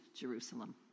Jerusalem